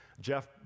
Jeff